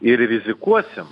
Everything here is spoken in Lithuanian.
ir rizikuosim